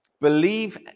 Believe